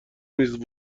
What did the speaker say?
نیز